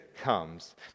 comes